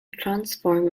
transform